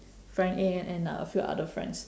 friend A and a few other friends